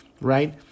right